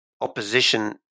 opposition